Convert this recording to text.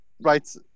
writes